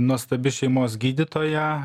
nuostabi šeimos gydytoja